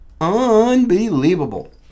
Unbelievable